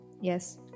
Yes